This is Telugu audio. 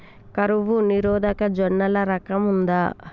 కరువు నిరోధక జొన్నల రకం ఉందా?